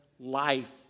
Life